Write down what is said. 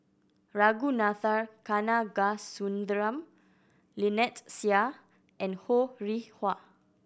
Ragunathar Kanagasuntheram Lynnette Seah and Ho Rih Hwa